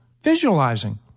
visualizing